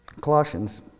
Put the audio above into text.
Colossians